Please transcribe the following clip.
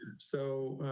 so,